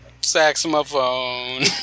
saxophone